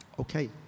okay